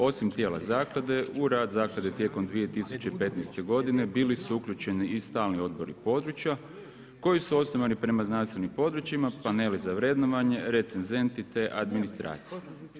Osim tijela zaklade, u rad zaklade tijekom 2015. godine bili su uključeni i stalni odbori i područja, koji su osnovani prema znanstvenim područjima, paneli za vrednovanje, recenzenti te administracija.